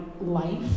life